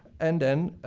and then,